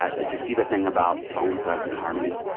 ah did you see the thing about bone thugs-n-harmony?